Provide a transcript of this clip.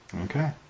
Okay